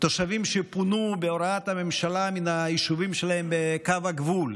תושבים שפונו בהוראת הממשלה מהיישובים שלהם בקו הגבול,